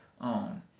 own